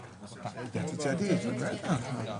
אתה חושב שעל זה לא יהיו